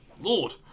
Lord